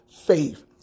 faith